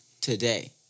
today